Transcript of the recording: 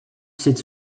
cette